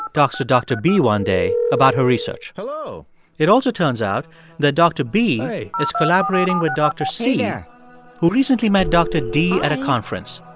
talks to dr. b one day about her research hello it also turns out that dr. b is collaborating with dr. c yeah who recently met dr. d at a conference.